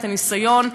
הניסיון,